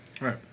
Right